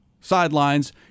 sidelines